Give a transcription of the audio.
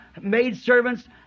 maidservants